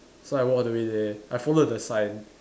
so I walk all the way there I followed the sign